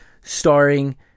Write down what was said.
starring